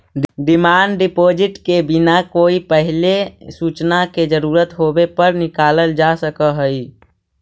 demand deposit के बिना कोई पहिले सूचना के जरूरत होवे पर निकालल जा सकऽ हई